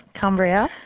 Cumbria